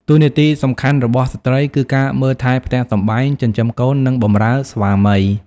តួនាទីសំខាន់របស់ស្ត្រីគឺការមើលថែផ្ទះសម្បែង ចិញ្ចឹមកូន និងបម្រើស្វាមី ។